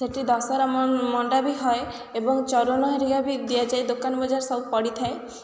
ସେଠି ଦଶହରା ମଣ୍ଡା ବି ହୁଏ ଏବଂ ଚରୁଅନ୍ନ ହେରିକା ବି ଦିଆଯାଏ ଦୋକାନ ବଜାର ସବୁ ପଡ଼ିଥାଏ